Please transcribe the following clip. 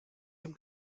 dem